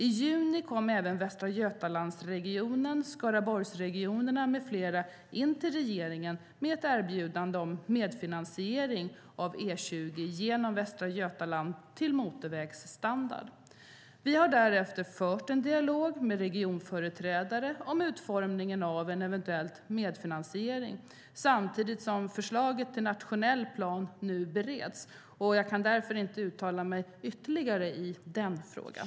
I juni kom även Västra Götalandsregionen, Skaraborgskommunerna med flera in till regeringen med ett erbjudande om medfinansiering av E20 genom Västra Götaland till motorvägsstandard. Vi har därefter fört en dialog med regionföreträdare om utformningen av en eventuell medfinansiering samtidigt som förslaget till nationell plan nu bereds. Jag kan därför inte uttala mig ytterligare i frågan.